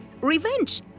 revenge